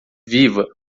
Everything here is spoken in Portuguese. viva